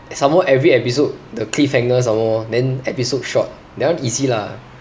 some more every episode the cliffhanger some more then episode short that one easy lah